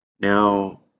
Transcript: Now